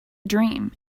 dream